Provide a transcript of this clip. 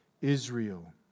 Israel